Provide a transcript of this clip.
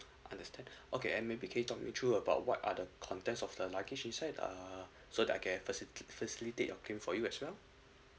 understand okay and maybe can you talk me through about what are the contents of the luggage inside uh so that I can first~ firstly take a claim for you as well